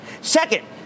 Second